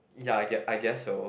ya I gue~ I guess so